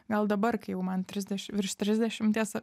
gal dabar kai jau man trisdeši virš trisdešimties